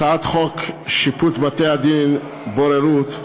הצעת חוק שיפוט בתי-דין דתיים (בוררות),